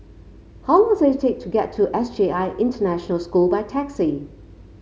how long is it take to get to S J I International School by taxi